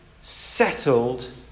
settled